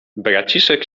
braciszek